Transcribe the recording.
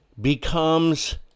becomes